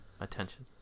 attention